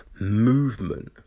movement